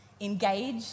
Engage